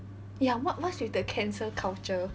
ya what what's with the cancel culture